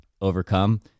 overcome